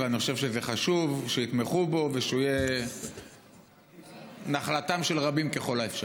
אני חושב שזה חשוב שיתמכו בו ושהוא יהיה נחלתם של רבים ככל האפשר.